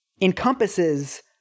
encompasses